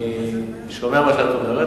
אני שומע את מה שאת אומרת,